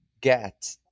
get